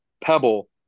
Pebble